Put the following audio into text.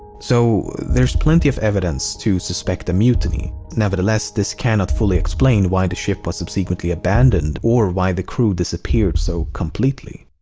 so there's plenty of evidence to suspect a mutiny. nevertheless, this cannot fully explain why the ship was subsequently abandoned or why the crew disappeared so completely.